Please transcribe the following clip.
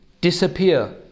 Disappear